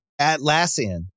Atlassian